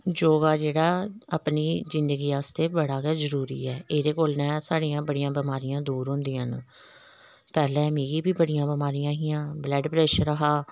योगा जेह्ड़ा अपनी जिंदगी आस्तै बड़ा गै जरूरी ऐ एह्दे कोल न साढ़ियां बड़ियां बमारियां दूर होंदियां न पैह्लें मिगी बी बड़ियां बमारियां हियां ब्लड प्रेशर हा